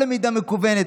או למידה מקוונת,